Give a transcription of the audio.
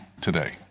today